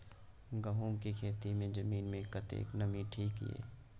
गहूम के खेती मे जमीन मे कतेक नमी ठीक ये?